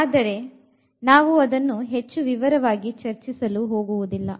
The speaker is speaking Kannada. ಆದರೆ ನಾವು ಅದನ್ನು ವಿವರವಾಗಿ ಚರ್ಚಿಸಲು ಹೋಗುವುದಿಲ್ಲ